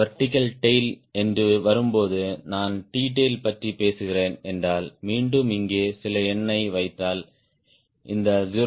vertical tail என்று வரும்போது நான் T tail பற்றி பேசுகிறேன் என்றால் மீண்டும் இங்கே சில எண்ணை வைத்தால் இந்த 0